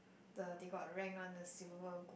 the they got rank one the silver gold